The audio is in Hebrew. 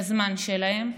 בזמן שלהם,